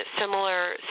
similar